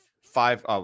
five